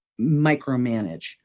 micromanage